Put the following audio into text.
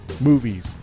movies